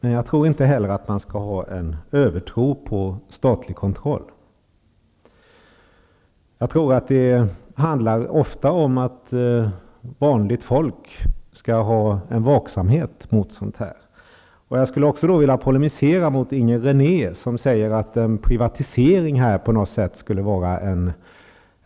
Men jag tror inte att man skall ha en övertro på statlig kontroll. Det handlar nog ofta om att vanligt folk skall ha en vaksamhet mot detta. Jag skulle också vilja polemisera mot Inger René som säger att en privatisering här på något sätt skulle vara